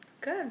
Good